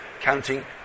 counting